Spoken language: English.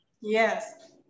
Yes